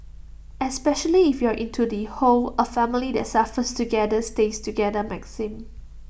especially if you are into the whole A family that suffers together stays together maxim